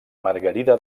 margarida